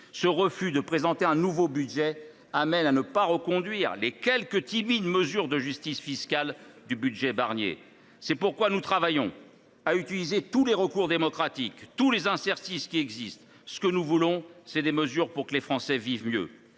avez refusé de présenter un nouveau budget que les quelques timides mesures de justice fiscale du budget Barnier n’ont pas été reconduites. C’est pourquoi nous travaillons à utiliser tous les recours démocratiques et tous les interstices qui existent. Ce que nous voulons, ce sont des mesures pour que les Français vivent mieux.